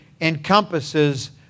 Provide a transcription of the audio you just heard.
encompasses